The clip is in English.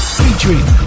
featuring